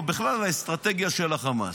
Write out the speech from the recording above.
או בכלל האסטרטגיה של החמאס.